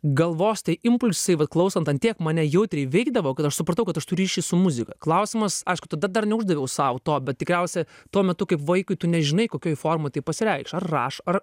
galvos tie impulsai vat klausant ant tiek mane jautriai veikdavo kad aš supratau kad aš turiu ryšį su muzika klausimas aišku tada dar neuždaviau sau to bet tikriausia tuo metu kaip vaikui tu nežinai kokioj formoj tai pasireikš ar raš ar